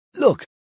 Look